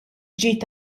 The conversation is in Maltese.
ġid